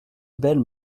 belle